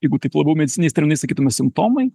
jeigu taip labiau medicininiais terminais sakytume simptomai